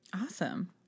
Awesome